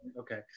Okay